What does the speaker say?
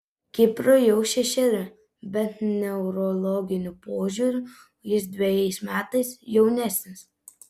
kiprui jau šešeri bet neurologiniu požiūriu jis dvejais metais jaunesnis